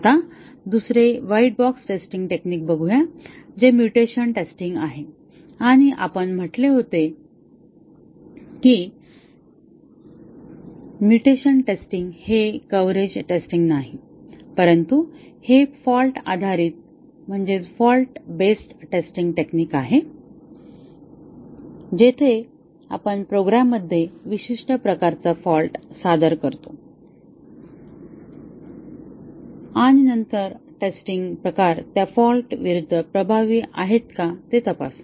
आता दुसरे white box testing technical बघूया जे म्युटेशन टेस्टिंग आहे आणि आपण म्हटले होते की म्युटेशन टेस्टिंग हे कव्हरेज टेस्टिंग नाही परंतु हे फॉल्ट आधारित टेस्टिंग टेक्निक आहे जेथे आपण प्रोग्राममध्ये विशिष्ट प्रकारचा फॉल्ट सादर करतो आणि नंतर टेस्टिंग प्रकार त्या फॉल्टविरुद्ध प्रभावी आहेत का ते तपासा